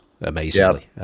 amazingly